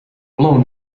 ione